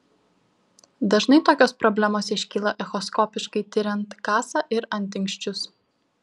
dažnai tokios problemos iškyla echoskopiškai tiriant kasą ir antinksčius